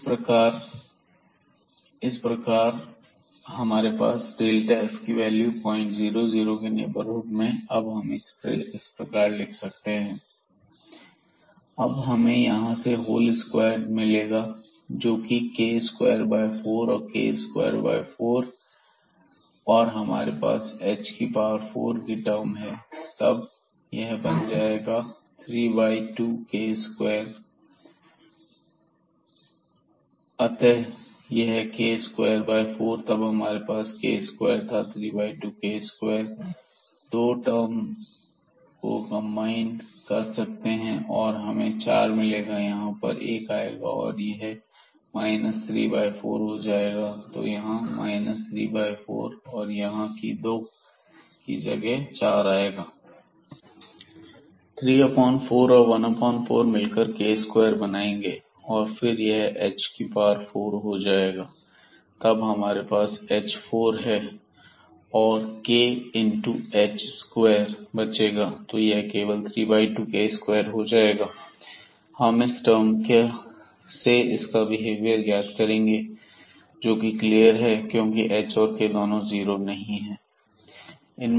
इस प्रकार हमारे पास f की वैल्यू पॉइंट 00 के नेबरहुड में है अब हम इसे इस प्रकार लिख सकते हैं अतः हमारे पास है k2h22 अब हमें यहां से होल स्क्वायर मिलेगा जोकि k24 है तो यह k24 और हमारे पास h4 की टर्म है तब यह बन जाएगा 32k2 अतः यह k24 और तब हमारे पास k2 था32k2 2 टर्म को कंबाइन कर सकते हैं और हमें चार मिलेगा यहां पर 1 आएगा और यह 34 हो जाएगा तो यहां 34 है और यहां 2 की जगह 4 आएगा 34 और 14 मिलकर k2 बनाएंगे और फिर यह h4 हो जाएगा तब हमारे पास h4 है और k into h square बचेगा तो यह केवल 32k2 हो जाएगा हम इस टर्म से इसका बिहेवियर ज्ञात करेंगे जोकि क्लियर है क्योंकि h और k दोनों जीरो नहीं है